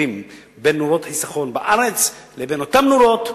בין נורות חסכוניות בארץ לבין אותן נורות,